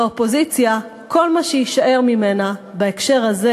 והאופוזיציה, כל מה שיישאר ממנה בהקשר הזה